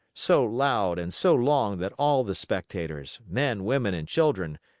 so loud and so long that all the spectators men, women, and children,